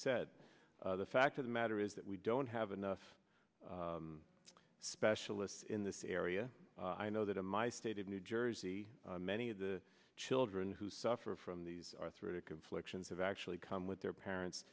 said the fact of the matter is that we don't have enough specialists in this area i know that in my state of new jersey many of the children who suffer from these arthritic afflictions have actually come with their parents